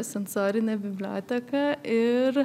sensorinė biblioteka ir